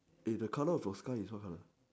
eh the colour of your sky is what colour